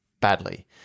badly